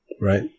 Right